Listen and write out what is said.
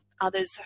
others